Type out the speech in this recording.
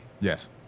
Yes